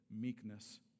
meekness